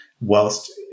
whilst